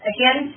Again